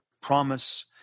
promise